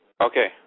Okay